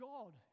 God